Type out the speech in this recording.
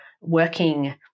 working